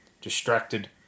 distracted